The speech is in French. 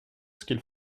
qu’il